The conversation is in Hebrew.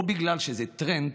או בגלל שזה טרנד,